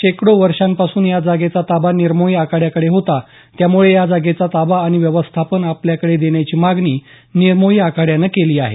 शेकडो वर्षांपासून या जागेचा ताबा निर्मोही आखाड्याकडे होता त्यामुळे या जागेचा ताबा आणि व्यवस्थापन आपल्याकडे देण्याची मागणी निर्मोही आखाड्यानं केली आहे